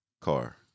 car